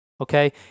okay